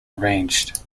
arranged